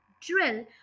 drill